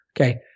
Okay